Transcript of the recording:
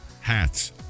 Hats